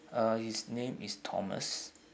uh his name is thomas